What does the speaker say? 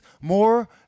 more